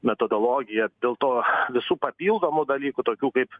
metodologija dėl to visų papildomų dalykų tokių kaip